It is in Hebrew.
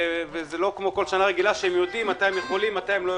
היא לא כמו כל שנה רגילה שהם יודעים מתי הם יכולים ומתי לא.